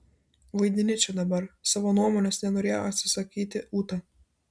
vaidini čia dabar savo nuomonės nenorėjo atsisakyti ūta